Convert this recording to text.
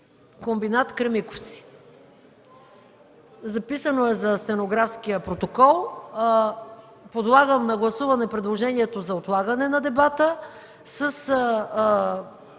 комбинат „Кремиковци”.” Записано е за стенографския протокол. Подлагам на гласуване предложението за отлагане на дебата,